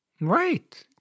Right